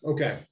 Okay